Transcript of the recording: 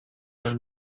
and